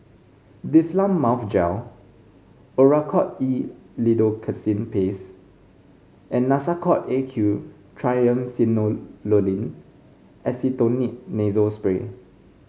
Difflam Mouth Gel Oracort E Lidocaine Paste and Nasacort A Q Triamcinolone Acetonide Nasal Spray